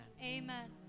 Amen